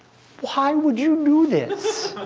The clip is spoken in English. why would you do this?